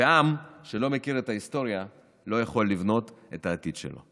ועם שלא מכיר את ההיסטוריה לא יכול לבנות את העתיד שלו.